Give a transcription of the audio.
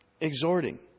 Exhorting